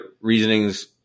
reasonings